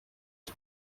die